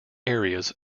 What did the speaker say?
areas